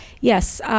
Yes